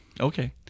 Okay